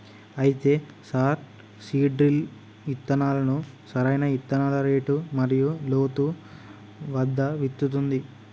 అయితే sir seed drill ఇత్తనాలను సరైన ఇత్తనాల రేటు మరియు లోతు వద్ద విత్తుతుంది